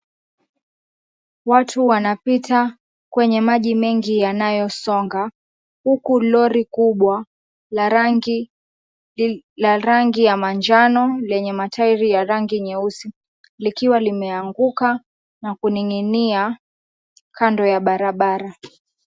Watu wanapita kwenye maji mengi yanayosonga huku lori kubwa la rangi ya manjano lenye matairi ya rangi nyeusi likiwa limeanguka na kuning'inia kando ya barabara.